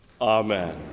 Amen